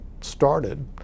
started